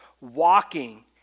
walking